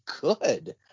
good